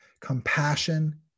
Compassion